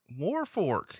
Warfork